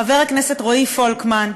חבר הכנסת רועי פולקמן,